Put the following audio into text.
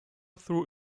through